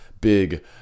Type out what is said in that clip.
big